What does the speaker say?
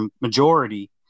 majority